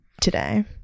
today